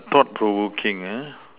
thought provoking uh